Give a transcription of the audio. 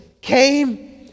came